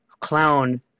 clown